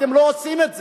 אתם לא עושים את זה.